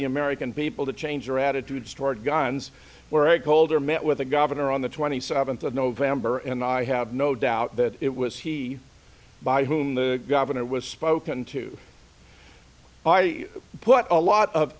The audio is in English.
the american people to change their attitudes toward guns where eric holder met with the governor on the twenty seventh of november and i have no doubt that it was he by whom the governor was spoken to i put a lot of